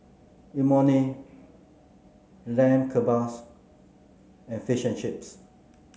Imoni Lamb Kebabs and Fish and Chips